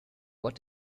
what